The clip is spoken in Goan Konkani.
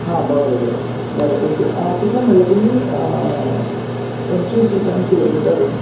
हा बरें बरें बरें ओके आ कितल्याक म्हळें तुमी पंचवीस रुप्यान किलोमिटर